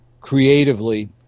creatively